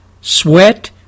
sweat